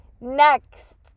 Next